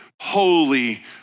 holy